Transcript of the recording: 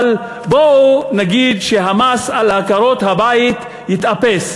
אבל בואו נגיד שהמס על עקרות-הבית יתאפס,